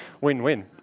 win-win